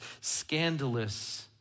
scandalous